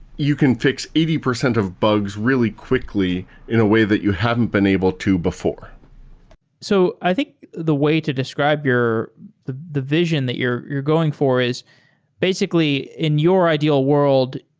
you can fix eighty percent of bugs really quickly in a way that you haven't been able to before so i think the way to describe your the the vision that you're going for, is basically in your ideal world,